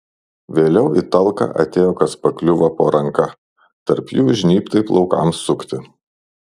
vėliau į talką atėjo kas pakliuvo po ranka tarp jų žnybtai plaukams sukti